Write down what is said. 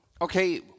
Okay